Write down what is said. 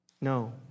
No